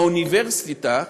באוניברסיטה,